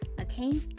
Okay